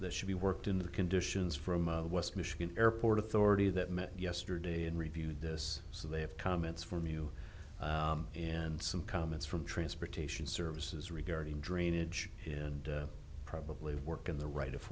that should be worked in the conditions from of west michigan airport authority that met yesterday and reviewed this so they have comments from you and some comments from transportation services regarding drainage and probably work in the right of